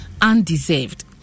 undeserved